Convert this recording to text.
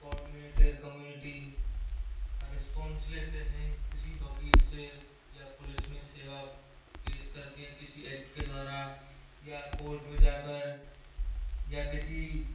coordinator community response लेते हैं किसी वकील से या पुलिस में सेव कैसे करके किसी एक्ट के द्वारा या कोर्ट में जाकर या किसी